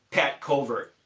pat covert.